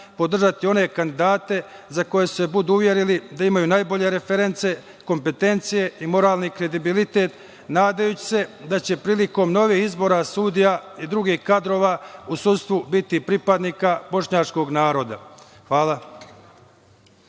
podržati one kandidate za koje se budu uverili da imaju najbolje reference, kompetencije i moralni kredibilitet, nadajući se da će prilikom novih izbora sudija i drugih kadrova u sudstvu biti pripadnika bošnjačkog naroda. Hvala.